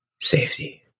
safety